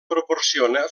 proporciona